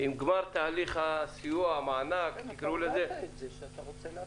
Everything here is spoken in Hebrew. עם גמר תהליך הסיוע, המענק, איך שתקראו לזה.